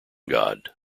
god